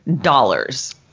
dollars